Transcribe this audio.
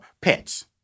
pets